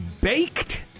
baked